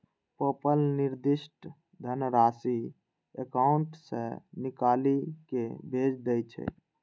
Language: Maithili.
पेपल निर्दिष्ट धनराशि एकाउंट सं निकालि कें भेज दै छै